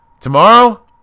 tomorrow